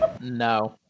No